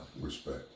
Respect